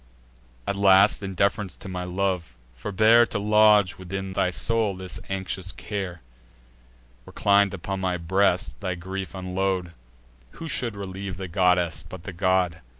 at last, in deference to my love, forbear to lodge within thy soul this anxious care reclin'd upon my breast, thy grief unload who should relieve the goddess, but the god?